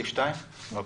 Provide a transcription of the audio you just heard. אוקיי.